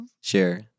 Sure